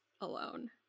alone